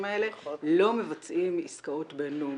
האלה לא מבצעים עסקאות בינלאומיות,